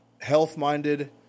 health-minded